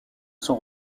son